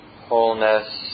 wholeness